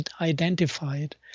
identified